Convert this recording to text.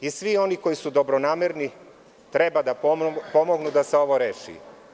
Svi oni koji su dobronamerni treba da pomognu da se ovo reši.